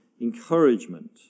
encouragement